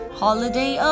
holiday